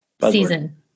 season